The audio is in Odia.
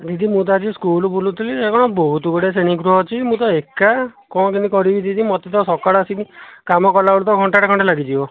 ଦିଦି ମୁଁ ତ ଆଜି ସ୍କୁଲ ବୁଲୁଥିଲି ସେ କ'ଣ ବହୁତ ଗୁଡ଼ିଏ ଶ୍ରେଣୀଗୃହ ଅଛି ମୁଁ ତ ଏକା କ'ଣ କେମିତି କରିବି ଦିଦି ମୋତେ ତ ସକାଳୁ ଆସିକି କାମ କରିଲାବେଳକୁ ତ ଘଣ୍ଟାଟେ ଖଣ୍ଡେ ଲାଗିଯିବ